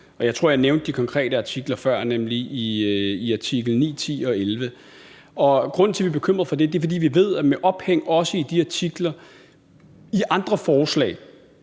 Jeg tror, jeg nævnte de konkrete artikler før, nemlig artikel 9, 10 og 11. Grunden til, at vi er bekymrede for det, er, at vi ved, at man også med ophæng i de artikler i andre forslag